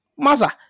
Masa